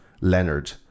Leonard